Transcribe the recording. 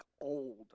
old